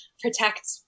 protect